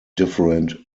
different